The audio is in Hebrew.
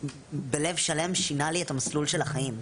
בלב שלם, שינה לי את המסלול של החיים.